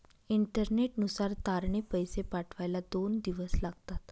इंटरनेटनुसार तारने पैसे पाठवायला दोन दिवस लागतात